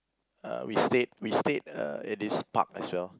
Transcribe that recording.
uh we stayed we stayed uh at this park as well